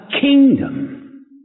kingdom